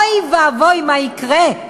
אוי ואבוי מה יקרה.